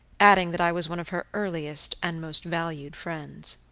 adding that i was one of her earliest and most valued friends.